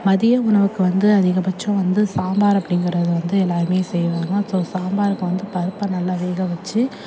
மதிய உணவுக்கு வந்து அதிகபட்சம் வந்து சாம்பார் அப்படிங்கிறத வந்து எல்லோருமே செய்வாங்க ஸோ சாம்பாருக்கு வந்து பருப்பை நல்லா வேகவச்சு